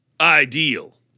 ideal